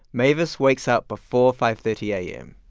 mavis wakes up before five thirty a m.